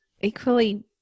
equally